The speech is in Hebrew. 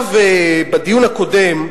בדיון הקודם,